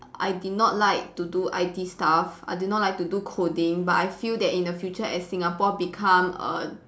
I did not like to do I_T stuff I did not like to do coding but I feel that in the future as Singapore become a